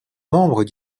membres